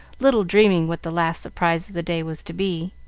little dreaming what the last surprise of the day was to be.